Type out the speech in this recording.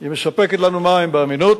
היא מספקת לנו מים באמינות,